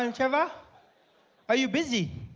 um trevor are you busy?